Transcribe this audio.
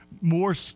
more